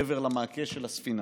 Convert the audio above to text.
מעבר למעקה של הספינה.